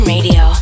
Radio